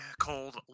cold